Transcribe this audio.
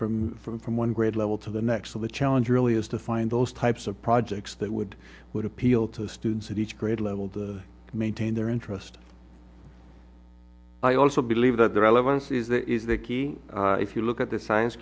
from from from one grade level to the next so the challenge really is to find those types of projects that would would appeal to students at each grade level to maintain their interest i also believe that the relevance is there is the key if you look at the science